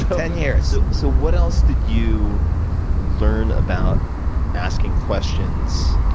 ten years. so what else did you learn about asking questions